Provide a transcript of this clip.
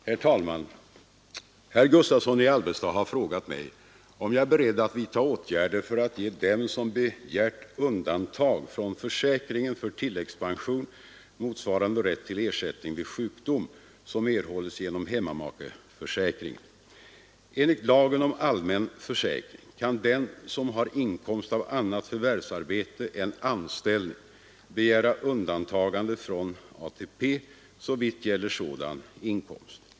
Herr talman! Herr Gustavsson i Alvesta har frågat mig om jag är beredd att vidta åtgärder för att ge dem som begärt undantagande från försäkringen för tilläggspension motsvarande rätt till ersättning Vi sjukdom som erhålles genom hemmamakeförsäk ringen. Enligt lagen om allmän försäkring kan den som har inkomst av annat förvärvsarbete än anställning begära undantagande från ATP såvitt gäller sådan inkomst.